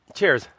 Cheers